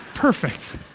Perfect